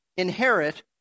inherit